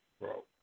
bro